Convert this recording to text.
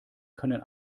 können